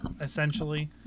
essentially